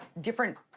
different